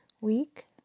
week